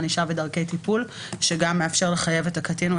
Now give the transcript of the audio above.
ענישה ודרכי טיפול) שמאפשר לחייב את הקטין או